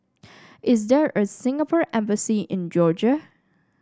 is there a Singapore Embassy in Georgia